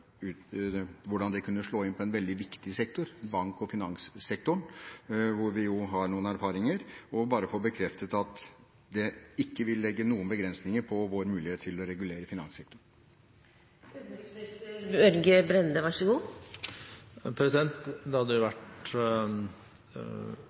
hvordan det kunne slå ut for en veldig viktig sektor, bank- og finanssektoren, hvor vi jo har noen erfaringer. Jeg vil bare få bekreftet at det ikke vil legge noen begrensninger på vår mulighet til å regulere finanssektoren. Det hadde vært enkelt bare å svare ja, og det